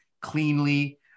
cleanly